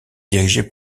dirigée